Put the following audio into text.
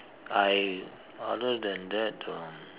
I other than that um